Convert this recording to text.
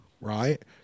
right